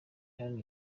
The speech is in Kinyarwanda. hano